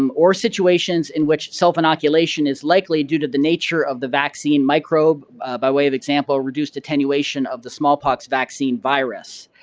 um or situations in which self-inoculation is likely due to the nature of the vaccine microbe by way of example, reduced attenuation of the smallpox vaccine virus.